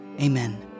Amen